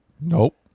Nope